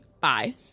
Bye